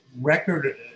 record